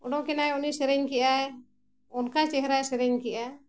ᱚᱰᱚᱠ ᱮᱱᱟᱭ ᱩᱱᱤ ᱥᱮᱨᱮᱧ ᱠᱮᱜ ᱟᱭ ᱚᱱᱠᱟ ᱪᱮᱦᱨᱟᱭ ᱥᱮᱨᱮᱧ ᱠᱮᱜᱼᱟ